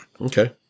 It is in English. Okay